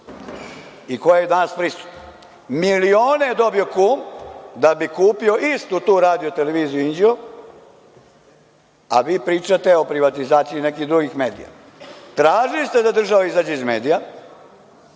i koja je i danas prisutna. Milione je dobio kum, da bi kupio istu tu Radio-televiziju Inđije, a vi pričate o privatizaciji nekih drugih medija. Tražili ste da država izađe iz medija.